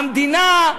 המדינה,